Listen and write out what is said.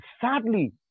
sadly